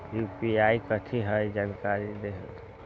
UPI कथी है? जानकारी दहु